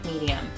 medium